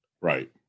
Right